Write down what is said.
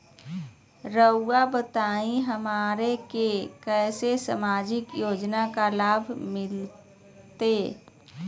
रहुआ बताइए हमरा के कैसे सामाजिक योजना का लाभ मिलते?